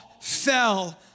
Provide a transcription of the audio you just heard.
fell